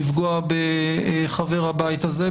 לפגוע בחבר הבית הזה,